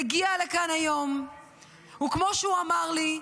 מגיע לכאן היום וכמו שהוא אמר לי,